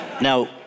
Now